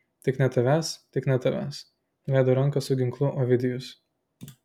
tik ne tavęs tik ne tavęs nuleido ranką su ginklu ovidijus